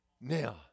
Now